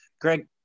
Greg